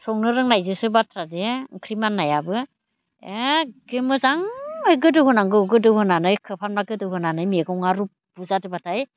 संनो रोंनायजोंसो बाथ्रा दे ओंख्रि माननायाबो एके मोजाङै गोदौ होनांगौ गोदौ होनानै खोबहाबना गोदौ होबोनानै मैगङा रुबु जादोंबाथाय